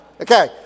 okay